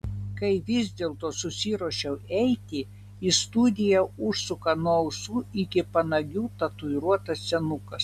kai vis dėlto susiruošiu eiti į studiją užsuka nuo ausų iki panagių tatuiruotas senukas